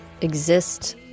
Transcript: exist